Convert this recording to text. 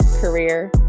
career